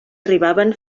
arribaven